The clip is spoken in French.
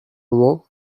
moment